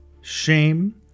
shame